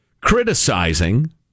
criticizing